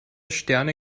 sterne